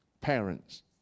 parents